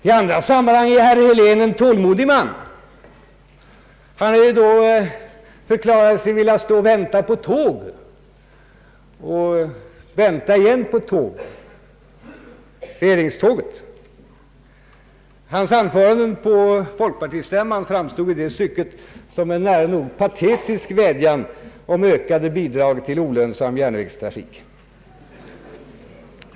I andra sammanhang är herr Helén en tålmodig man. Han har förklarat sig vilja stå och vänta och vänta igen på ett tåg — regeringståget. Hans anföranden på folkpartistämman framstod i det stycket som en nära nog patetisk vädjan om ökade bidrag till olönsam järnvägstrafik!